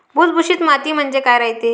भुसभुशीत माती म्हणजे काय रायते?